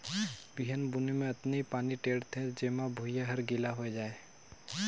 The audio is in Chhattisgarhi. बिहन बुने मे अतनी पानी टेंड़ थें जेम्हा भुइयां हर गिला होए जाये